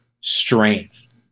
strength